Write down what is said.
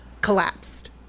collapsed